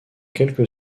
quelque